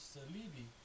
Salibi